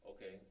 Okay